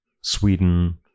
Sweden